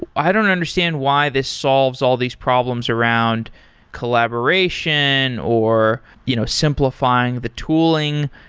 i don't understand why this solves all these problems around collaboration, or you know simplifying the tooling.